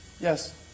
Yes